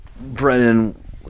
Brennan